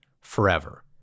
forever